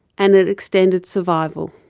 and it extended survival.